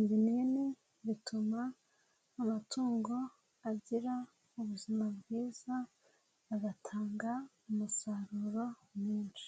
ibinini bituma amatungo agira ubuzima bwiza agatanga umusaruro mwinshi.